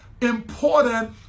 important